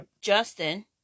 Justin